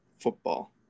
football